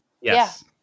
Yes